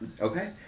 Okay